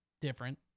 Different